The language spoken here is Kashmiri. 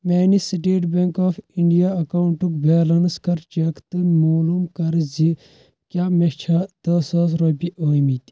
میانہِ سٕٹیٹ بیٚنٛک آف اِنٛڈیا اکاونٹُک بیلنس کر چیٚک تہٕ معلوٗم کر زِ کیٛاہ مےٚ چھا دہ ساس رۄپیہِ ٲمٕتۍ